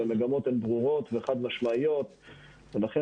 והמגמות הן ברורות וחד משמעיות ולכן